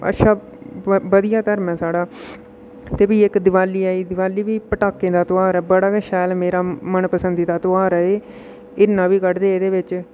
अच्छा बधिया धर्म ऐ साढ़ा ते फ्ही इक दिवाली आइयै ई दिवाली बी पटाकें दा ध्यार बड़ा गै शैल मेरा मन पसींदा ध्यार ऐ हिरण बी कढदे एह्दे बिच्च